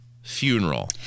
Funeral